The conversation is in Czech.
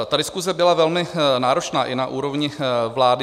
Ta diskuse byla velmi náročná i na úrovni vlády.